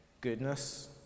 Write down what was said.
goodness